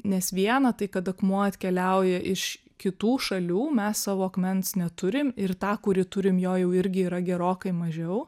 nes viena tai kad akmuo atkeliauja iš kitų šalių mes savo akmens neturim ir tą kurį turim jo jau irgi yra gerokai mažiau